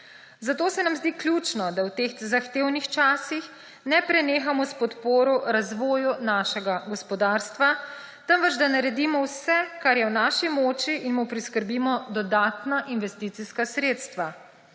Zato se nam zdi ključno, da v teh zahtevnih časih ne prenehamo s podporo razvoju našega gospodarstva, temveč da naredimo vse, kar je v naši moči, in mu priskrbimo dodatna investicijska sredstva.